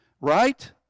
right